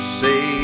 say